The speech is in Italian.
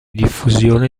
diffusione